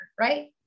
right